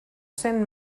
cent